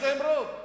יש להם רוב,